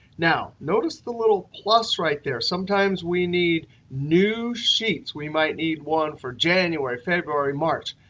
now, notice the little plus right there. sometimes we need new sheets. we might need one for january, february, march.